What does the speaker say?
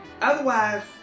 Otherwise